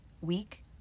week